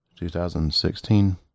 2016